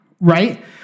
Right